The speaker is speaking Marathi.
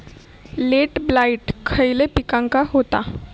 लेट ब्लाइट खयले पिकांका होता?